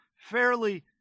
fairly